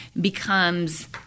becomes